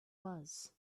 was